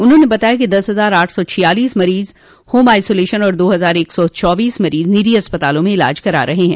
उन्होंने बताया कि दस हजार आठ सौ छियालीस मरीज होम आइसोलेशन और दो हजार एक सौ चौबीस मरीज निजी अस्पतालों में इलाज करा रहे हैं